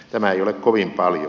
tämä ei ole kovin paljon